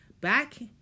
back